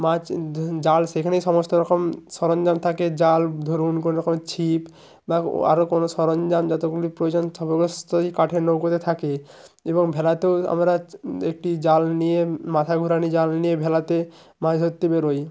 মাছ জাল সেখানেই সমস্ত রকম সরঞ্জাম থাকে জাল ধরুন কোনো রকম ছিপ বা আরও কোনো সরঞ্জাম যতগুলি প্রয়োজন সমস্তই কাঠের নৌকোতে থাকে এবং ভেলাতেও আমরা একটি জাল নিয়ে মাথা ঘোরানি জাল নিয়ে ভেলাতে মাছ ধরতে বেরোই